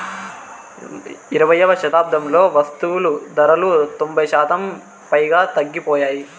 ఇరవైయవ శతాబ్దంలో వస్తువులు ధరలు తొంభై శాతం పైగా తగ్గిపోయాయి